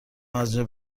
ازاینجا